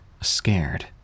scared